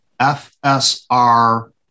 FSR